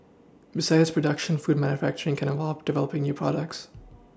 besides production food manufacturing can involve develoPing new products